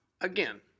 again